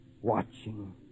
watching